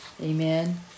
Amen